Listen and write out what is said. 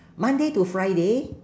monday to friday